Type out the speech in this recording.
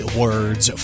words